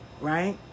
Right